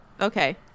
Okay